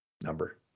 number